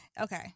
Okay